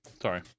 Sorry